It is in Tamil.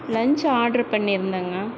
லன்ஞ்சு ஆர்டர் பண்ணியிருந்தேங்க